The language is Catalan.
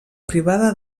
privada